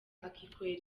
akikorera